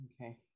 Okay